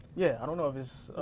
yeah, i don't know if it's.